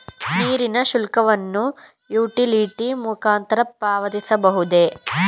ನೀರಿನ ಶುಲ್ಕವನ್ನು ಯುಟಿಲಿಟಿ ಮುಖಾಂತರ ಪಾವತಿಸಬಹುದೇ?